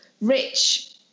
rich